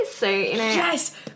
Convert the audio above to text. Yes